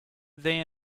they